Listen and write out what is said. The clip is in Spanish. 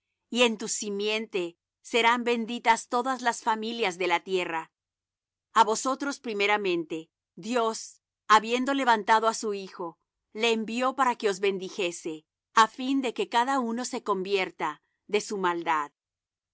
y en tu simiente serán benditas todas las familias de la tierra a vosotros primeramente dios habiendo levantado á su hijo le envió para que os bendijese á fin de que cada uno se convierta de su maldad